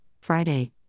Friday